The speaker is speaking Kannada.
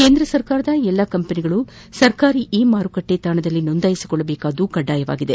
ಕೇಂದ್ರ ಸರ್ಕಾರದ ಎಲ್ಲ ಕಂಪನಿಗಳು ಸರ್ಕಾರಿ ಇ ಮಾರುಕಟ್ಟೆ ತಾಣದಲ್ಲಿ ನೋಂದಾಯಿಸಿಕೊಳ್ಳುವುದು ಕಡ್ಗಾಯವಾಗಿದೆ